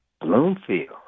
Bloomfield